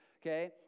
okay